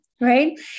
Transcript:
right